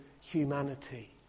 humanity